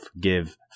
give